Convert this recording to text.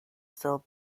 still